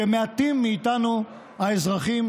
שמעטים מאיתנו האזרחים